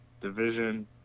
division